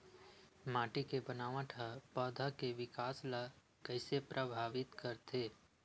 माटी के बनावट हा पौधा के विकास ला कइसे प्रभावित करथे?